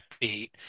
beat